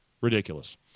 Ridiculous